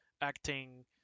acting